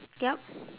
yup